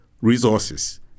resources